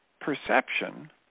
perception